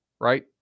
Right